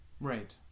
Right